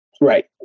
right